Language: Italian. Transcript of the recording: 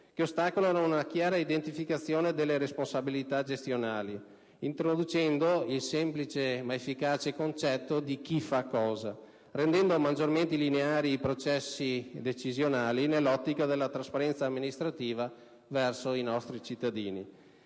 che ostacolano una chiara identificazione delle responsabilità gestionali, introducendo il semplice ma efficace criterio di chi fa cosa, rendendo maggiormente lineari i processi decisionali, nell'ottica della trasparenza amministrativa verso i cittadini.